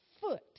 foot